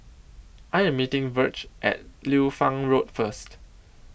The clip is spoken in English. I Am meeting Virge At Liu Fang Road First